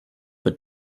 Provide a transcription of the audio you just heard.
but